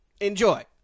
Enjoy